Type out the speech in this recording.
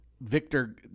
Victor